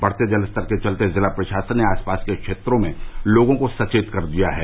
बढ़ते जलस्तर के चलते जिला प्रशासन ने आस पास के क्षेत्रों में लोगों को सचेत कर दिया है